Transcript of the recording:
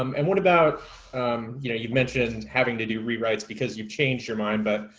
um and what about you know, you mentioned having to do rewrites because you've changed your mind, but